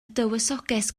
dywysoges